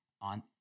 on